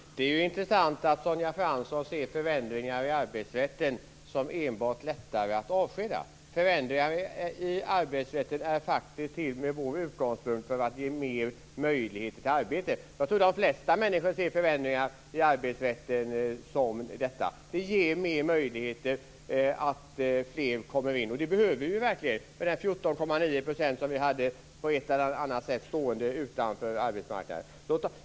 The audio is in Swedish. Fru talman! Det är ju intressant att Sonja Fransson ser förändringar i arbetsrätten som att det enbart blir lättare att avskeda. Förändringar i arbetsrätten är faktiskt med vår utgångspunkt till för att ge fler möjligheter till arbete. Jag tror att de flesta människor ser förändringar i arbetsrätten som just detta. Det ger möjligheter till att fler kommer in, och det behöver vi verkligen med tanke på de 14,9 % som vi hade på ett eller annat sätt stående utanför arbetsmarknaden.